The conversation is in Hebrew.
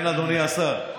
כן אדוני השר.